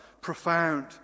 profound